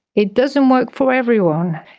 it doesn't work for everyone.